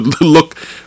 look